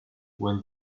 when